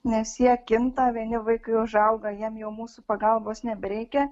nes jie kinta vieni vaikai užauga jiem jau mūsų pagalbos nebereikia